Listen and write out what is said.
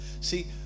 See